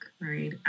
right